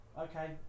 Okay